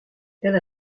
elle